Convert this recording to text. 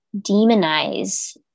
demonize